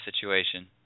situation